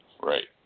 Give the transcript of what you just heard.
Right